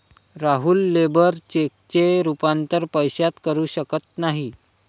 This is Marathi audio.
राहुल लेबर चेकचे रूपांतर पैशात करू शकत नाही